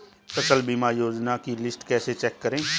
फसल बीमा योजना की लिस्ट कैसे चेक करें?